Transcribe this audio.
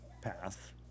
path